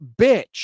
bitch